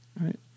right